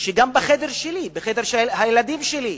גם בחדר שלי, בחדר של הילדים שלי,